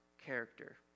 character